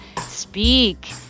speak